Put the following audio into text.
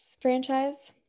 franchise